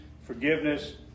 forgiveness